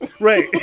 Right